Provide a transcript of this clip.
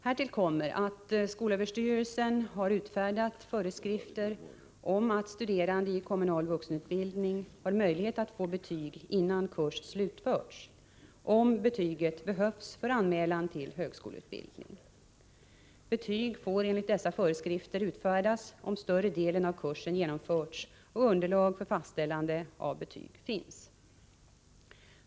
Härtill kommer att skolöverstyrelsen har utfärdat föreskrifter om att studerande i kommunal vuxenutbildning har möjlighet att få betyg innan kurs slutförts, om betyget behövs för anmälan till högskoleutbildning. Betyg får enligt dessa föreskrifter utfärdas om större delen av kursen genomförts och underlag för fastställande av betyg finns.